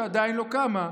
שעדיין לא קמה,